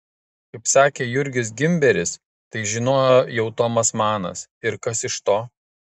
kaip sakė jurgis gimberis tai žinojo jau tomas manas ir kas iš to